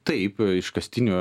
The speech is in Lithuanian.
taip iškastinio